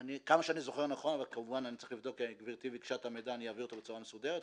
אני צריך לבדוק גברתי ביקשה את המידע ואעביר אותו בצורה מסודרת.